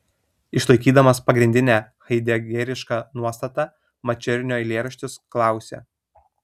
išlaikydamas pagrindinę haidegerišką nuostatą mačernio eilėraštis klausia